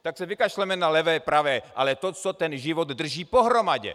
Tak se vykašleme na levé pravé, ale to, co ten život drží pohromadě.